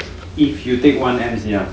if you take one M_C ah